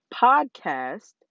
podcast